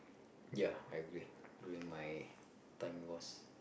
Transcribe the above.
ya I agree during my time was